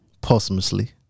Posthumously